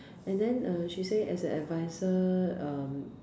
and then uh she says as an advisor um